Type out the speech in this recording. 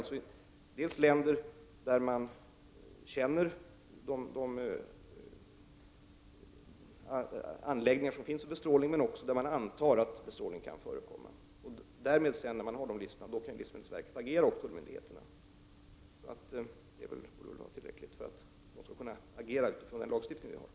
Listan gäller dels länder där man känner till de anläggningar som finns för bestrålning, dels länder där man antar att bestrålning förekommer. När man har fått dessa listor kan livsmedelsverket och tullmyndigheterna agera. Det borde vara tillräckligt för att de skall kunna agera utifrån den lagstiftning vi har.